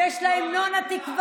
ויש לה את המנון התקווה.